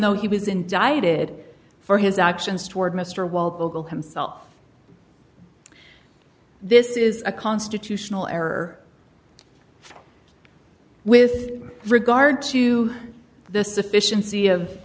though he was indicted for his actions toward mr walpole himself this is a constitutional error with regard to the sufficiency of